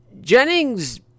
Jennings